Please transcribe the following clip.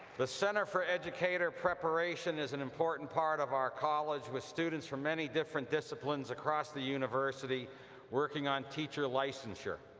the center for educator preparation is an important part of our college with students from many different disciplines across the university working on teacher licensure.